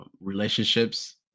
relationships